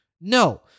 No